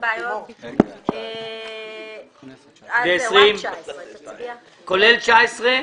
תצביע עד סעיף 19. כולל סעיף 19?